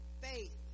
Faith